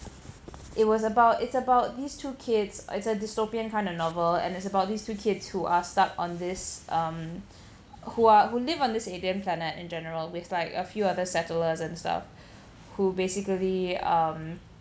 it was about it's about these two kids it's a dystopian kind of novel and it's about these two kids who are stuck on this um who are who live on this alien planet in general with like a few other settlers and stuff who basically um